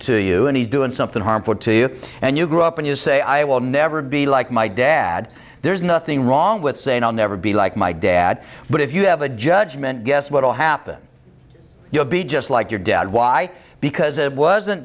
to you and he's doing something harmful to you and you grow up and you say i will never be like my dad there's nothing wrong with saying i'll never be like my dad but if you have a judgment guess what will happen you'll be just like your dad why because it wasn't